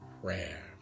prayer